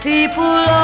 People